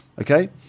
Okay